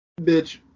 Bitch